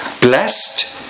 blessed